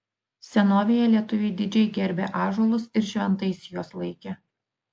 senovėje lietuviai didžiai gerbė ąžuolus ir šventais juos laikė